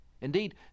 Indeed